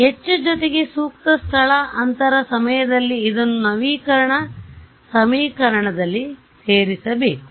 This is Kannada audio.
H ಜೊತೆ ಸೂಕ್ತ ಸ್ಥಳ ಅಂತರ ಸಮಯದಲ್ಲಿ ಇದನ್ನು ನವೀಕರಣ ಸಮೀಕರಣದಲ್ಲಿ ಸೇರಿಸಬೇಕು